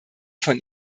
von